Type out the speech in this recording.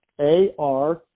A-R